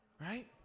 Right